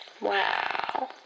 Wow